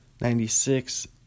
Ninety-six